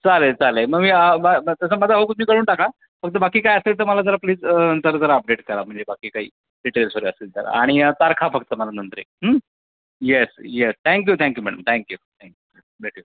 चालेल चालेल मग मी म् म् तसं माझं हो कळवून टाका फक्त बाकी काही असेल तर मला जरा प्लीज नंतर जरा आपडेट करा म्हणजे बाकी काही डिटेल्स असतील तर आणि तारखा फक्त मला नंतर एक yes yes thank you thank you madam thank you thanks भेटूयात